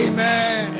Amen